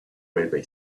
railway